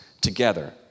together